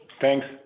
Thanks